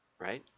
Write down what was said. right